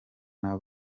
n’aba